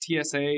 TSA